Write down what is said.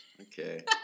Okay